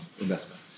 investment